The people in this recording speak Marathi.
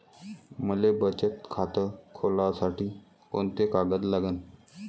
मले बचत खातं खोलासाठी कोंते कागद लागन?